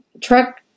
truck